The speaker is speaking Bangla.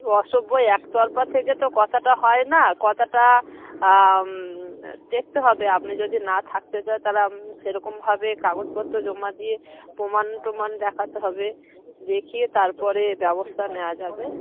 অসভ্য এক তরফ থেকে তো কথাটা হয় না কথাটা দেখতে হবে আপনি যদি না থাকতে চান তাহলে আম সেরকমভাবে কাগজপত্র জমা দিয়ে প্রমাণ টোমাণ দেখাতে হবে দেখিয়ে তার পরে ব্যবস্থা নেওয়া যাবে